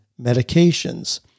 medications